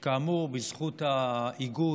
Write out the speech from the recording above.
כאמור, בזכות האיגוד